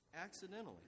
Accidentally